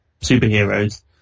superheroes